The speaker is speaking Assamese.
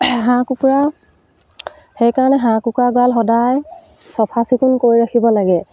হাঁহ কুকুৰা সেইকাৰণে হাঁহ কুকুৰা গড়াল সদায় চফাচিকুণ কৰি ৰাখিব লাগে